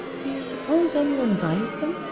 do you suppose any one buys them?